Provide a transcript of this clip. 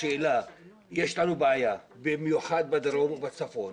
השאלה, יש לנו בעיה, במיוחד בדרום ובצפון,